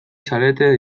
zarete